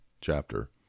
chapter